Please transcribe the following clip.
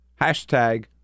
hashtag